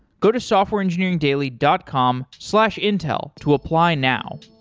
go to softwareengineeringdaily dot com slash intel to apply now